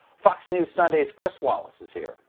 fox news sunday's chris wallace is here.